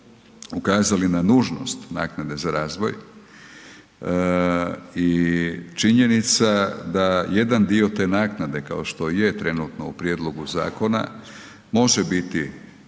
ukazali na nužnost naknade za razvoj i činjenica da jedan dio te naknade kao što je trenutno u prijedlogu zakona može biti